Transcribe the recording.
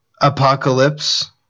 Apocalypse